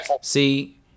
See